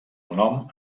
nom